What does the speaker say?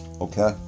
Okay